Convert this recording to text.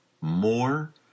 more